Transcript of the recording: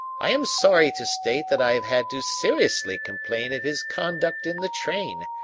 i am sorry to state that i have had to seriously complain of his conduct in the train,